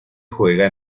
juega